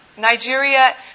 Nigeria